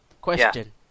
question